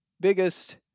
biggest